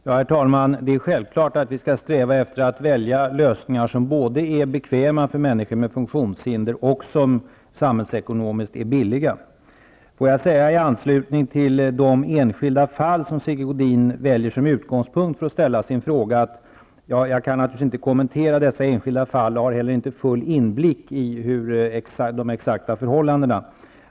Herr talman! Det är självklart att vi skall sträva efter att välja lösningar som både är bekväma för människor med funktionshinder och är samhällsekonomiskt billiga. I anslutning till de enskilda fall som Sigge Godin väljer som utgångspunkt för att ställa sin fråga vill jag säga att jag naturligtvis inte kan kommentera dessa enskilda fall, och jag har inte heller full inblick i de exakta förhållandena.